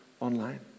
online